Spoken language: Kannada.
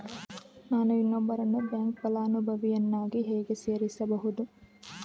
ನಾನು ಇನ್ನೊಬ್ಬರನ್ನು ಬ್ಯಾಂಕ್ ಫಲಾನುಭವಿಯನ್ನಾಗಿ ಹೇಗೆ ಸೇರಿಸಬಹುದು?